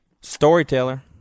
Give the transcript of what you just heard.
storyteller